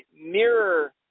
Mirror